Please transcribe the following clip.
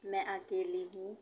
मैं अकेली हूँ